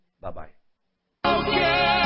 Bye-bye